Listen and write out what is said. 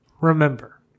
remember